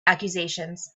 accusations